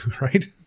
right